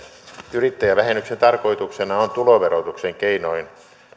yrittäjävähennyksen tarkoituksena on tuloverotuksen keinoin